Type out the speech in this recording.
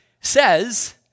says